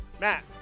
Matt